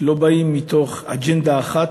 לא באים מתוך אג'נדה אחת,